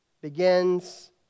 begins